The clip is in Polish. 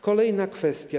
Kolejna kwestia.